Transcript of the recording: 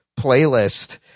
playlist